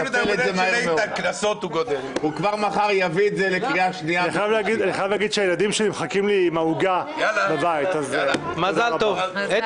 19:33.